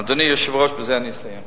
אדוני היושב-ראש, ובזה אני אסיים: